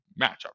matchup